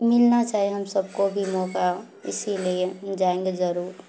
ملنا چاہیے ہم سب کو بھی موقع اسی لیے ہم جائیں گے ضرور